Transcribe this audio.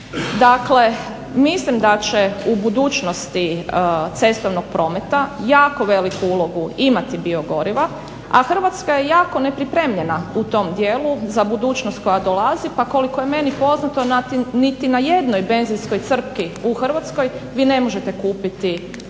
Dakle, mislim da će u budućnosti cestovnog prometa jako veliku ulogu imati biogorivo, a Hrvatska je jako nepripremljena u tom dijelu za budućnost koja dolazi pa koliko je meni poznato niti na jednoj benzinskoj crpki u Hrvatskoj vi ne možete kupiti biogorivo.